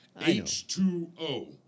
H2O